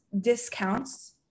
discounts